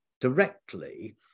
directly